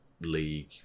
League